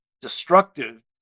destructive